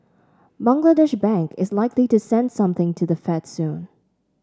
Bangladesh Bank is likely to send something to the Fed soon